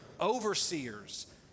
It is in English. overseers